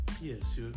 Yes